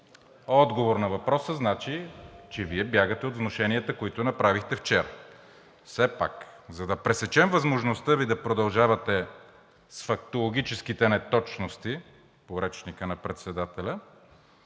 Отговор на въпроса значи, че Вие бягате от внушенията, които направихте вчера. Все пак, за да пресечем възможността Ви да продължавате с фактологическите неточности – по речника на председателя,